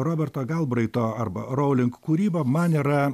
roberto galbraito arba rouling kūryba man yra